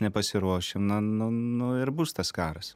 nepasiruošę na nu nu ir bus tas karas